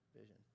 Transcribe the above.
vision